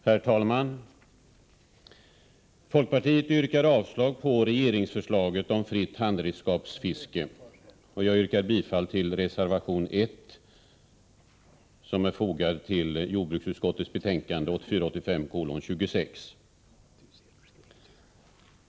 Herr talman! Vi i folkpartiet yrkar avslag på regeringsförslaget om fritt handredskapsfiske, och jag yrkar bifall till reservation 1 som är fogad till jordbruksutskottets betänkande 1984/85:26.